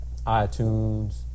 iTunes